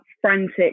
frantic